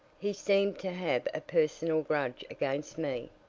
he seemed to have a personal grudge against me.